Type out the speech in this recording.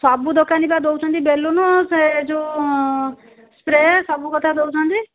ସବୁ ଦୋକାନୀ ବା ଦଉଛନ୍ତି ବେଲୁନୁ ସେ ଯେଉଁ ସ୍ପ୍ରେ ସବୁ କଥା ଦଉଛନ୍ତି